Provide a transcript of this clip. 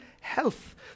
health